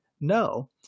no